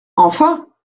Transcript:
enfin